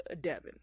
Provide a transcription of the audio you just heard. Devin